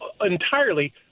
entirely –